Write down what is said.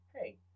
hey